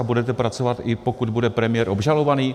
Budete pracovat, i pokud bude premiér obžalovaný?